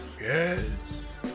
Yes